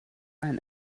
ein